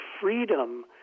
freedom